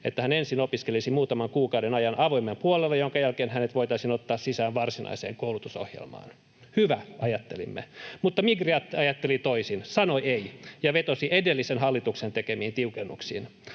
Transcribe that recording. että hän ensin opiskelisi muutaman kuukauden ajan avoimen puolella, jonka jälkeen hänet voitaisiin ottaa sisään varsinaiseen koulutusohjelmaan. Hyvä, ajattelimme, mutta Migri ajatteli toisin ja sanoi ”ei” ja vetosi edellisen hallituksen tekemiin tiukennuksiin.